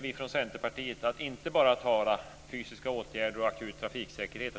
Vi från Centerpartiet tycker att det är viktigt att inte bara tala om fysiska åtgärder och akut trafiksäkerhet.